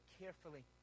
carefully